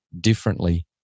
differently